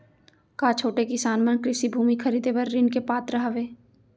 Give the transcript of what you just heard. का छोटे किसान मन कृषि भूमि खरीदे बर ऋण के पात्र हवे?